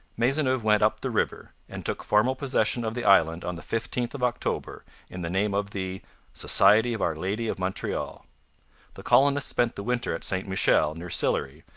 maisonneuve went up the river, and took formal possession of the island on the fifteenth of october in the name of the society of our lady of montreal the colonists spent the winter at st michel, near sillery,